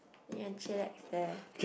you can chillax there